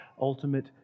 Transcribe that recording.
ultimate